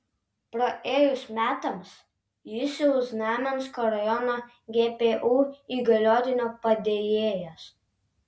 praėjus metams jis jau znamensko rajono gpu įgaliotinio padėjėjas